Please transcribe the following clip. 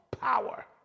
power